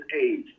age